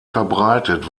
verbreitet